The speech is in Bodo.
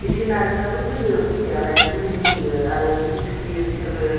भेटेनारिफ्राबो फैयो फैनायालाय मुलि होफैयो आरो बिजि थुफैयो बिसोरबो